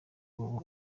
ubu